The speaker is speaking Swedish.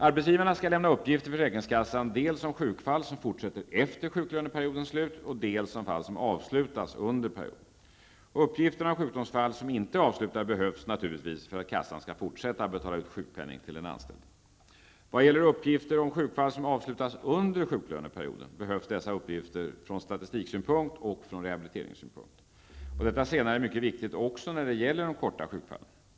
Arbetsgivarna skall lämna uppgift till försäkringskassan dels om sjukfall som fortsätter efter sjuklöneperiodens slut, dels om fall som avslutats under denna period. Uppgifterna om sjukdomsfall som inte är avslutade behövs naturligtvis för att kassan skall fortsätta att betala ut sjukpenning till den anställde. Vad gäller uppgifter om sjukfall som avslutas under sjuklöneperioden behövs dessa uppgifter både från statistiksynpunkt och från rehabiliteringssynpunkt. Detta senare är mycket viktigt också när det gäller de korta sjukfallen.